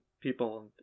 people